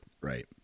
Right